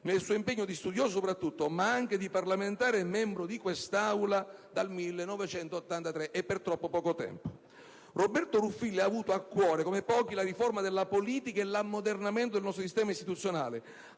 nel suo impegno di studioso soprattutto, ma anche di parlamentare e membro di quest'Assemblea dal 1983 e per troppo poco tempo. Roberto Ruffilli ha avuto a cuore, come pochi, la riforma della politica e l'ammodernamento del nostro sistema istituzionale.